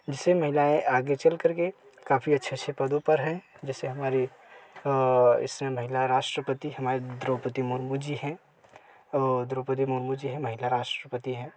जिससे महिलाएँ आगे चल करके काफ़ी अच्छे अच्छे पदों पर हैं जिससे हमारी इस समय महिला राष्ट्रपति हमारे द्रौपदी मुर्मू जी हैं द्रौपदी मुर्मू जी हैं महिला राष्ट्रपति हैं